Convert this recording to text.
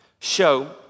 show